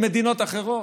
עם מדינות אחרות?